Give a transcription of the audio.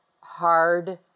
hard